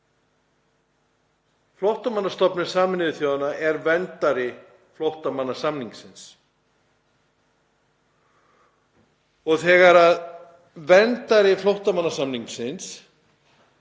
Flóttamannastofnun Sameinuðu þjóðanna er verndari flóttamannasamningsins og þegar verndari flóttamannasamningsins